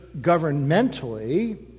governmentally